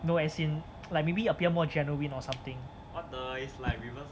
no as in like maybe appear more genuine or something